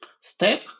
step